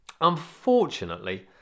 Unfortunately